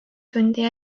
tundi